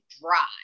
dry